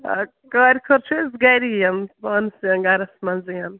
آ کارِ کھٲر چھِ أسۍ گَری یَن پانس گَرَس منٛزٕے یَن